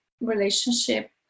relationship